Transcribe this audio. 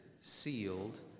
sealed